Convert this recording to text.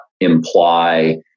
imply